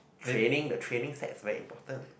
training the training side very important